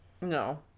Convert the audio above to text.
No